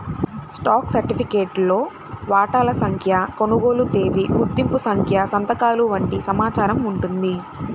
stock సర్టిఫికేట్లో వాటాల సంఖ్య, కొనుగోలు తేదీ, గుర్తింపు సంఖ్య సంతకాలు వంటి సమాచారం ఉంటుంది